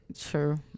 True